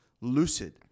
lucid